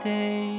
Day